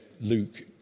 Luke